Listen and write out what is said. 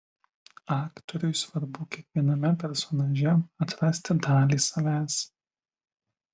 aktoriui svarbu kiekviename personaže atrasti dalį savęs